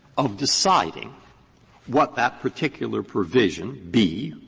of deciding what that particular provision b,